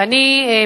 אובדן חירות בוודאי,